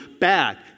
back